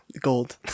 gold